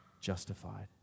justified